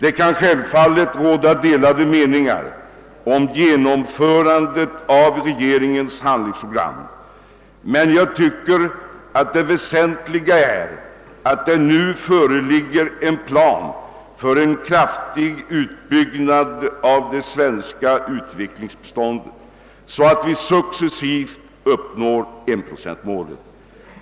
Det kan självfallet råda delade meningar om genomförandet av regeringens handlingsprogram, men för mig är det väsentliga att det nu föreligger en plan för en kraftig utbyggnad av det svenska utvecklingsbiståndet, så att vi successivt uppnår enprocentmålet.